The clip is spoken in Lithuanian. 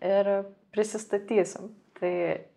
ir prisistatysim tai